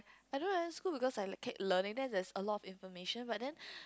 I don't like school because I keep learning that's is a lot of information but then